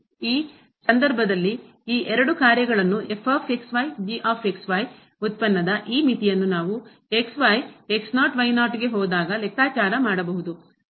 ಆ ಸಂದರ್ಭದಲ್ಲಿ ಈ ಎರಡು ಕಾರ್ಯಗಳನ್ನು ಉತ್ಪನ್ನದ ಈ ಮಿತಿಯನ್ನು ನಾವು ಗೆ ಹೋದಾಗ ಲೆಕ್ಕಾಚಾರ ಮಾಡಬಹುದು